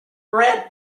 bred